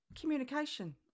communication